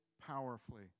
powerfully